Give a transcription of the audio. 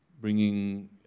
bringing